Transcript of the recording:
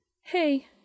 Hey